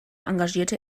engagierte